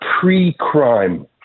pre-crime